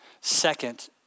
second